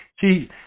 See